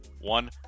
One